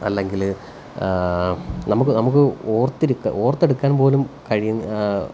അല്ലെങ്കില് നമുക്ക് നമുക്ക് ഓർത്ത് ഓര്ത്തെടുക്കാന് പോലും കഴിയുന്ന